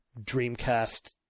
Dreamcast